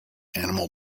animal